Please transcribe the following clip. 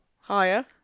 Higher